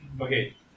Okay